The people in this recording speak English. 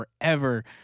forever